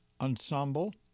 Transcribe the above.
Ensemble